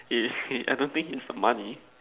eh I don't think it's the money